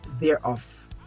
thereof